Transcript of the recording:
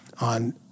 on